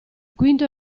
quinto